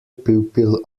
pupil